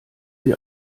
die